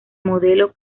modelo